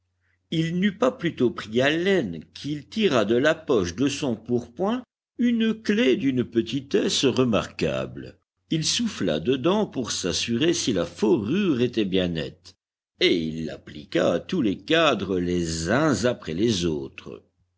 il n'eut pas plutôt pris haleine qu'il tira de la poche de son pourpoint une clef d'une petitesse remarquable il souffla dedans pour s'assurer si la forure était bien nette et il l'appliqua à tous les cadres les uns après les autres